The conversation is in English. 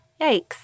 Yikes